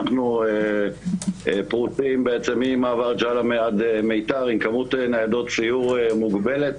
אנחנו פרוסים בעצם ממעבר ג'אלמה עד מיתר עם כמות ניידות סיור מוגבלת.